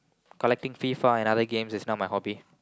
collecting FIFA and other games is now my hobby